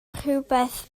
rhywbeth